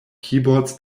keyboards